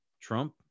Trump